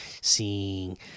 seeing